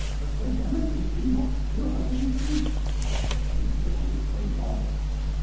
but their remedies do not cure the disease they merely prolong it.